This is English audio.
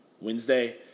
Wednesday